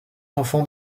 enfants